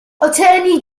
attorney